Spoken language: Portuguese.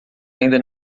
ainda